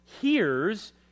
hears